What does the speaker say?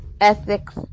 ethics